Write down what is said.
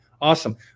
awesome